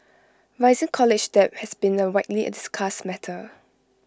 rising college debt has been A widely discussed matter